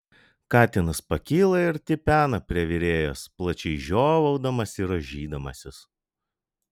katinas pakyla ir tipena prie virėjos plačiai žiovaudamas ir rąžydamasis